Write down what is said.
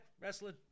wrestling